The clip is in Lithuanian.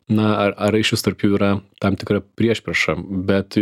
na ar ar išvis tarp jų yra tam tikra priešprieša bet